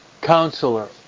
counselor